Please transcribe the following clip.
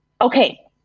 Okay